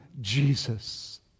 Jesus